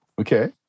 Okay